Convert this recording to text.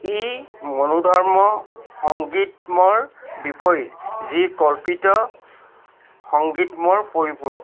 ই মনোধৰ্ম সংগীতমৰ বিপৰীত যি কল্পিত সংগীতমৰ পৰিপূৰক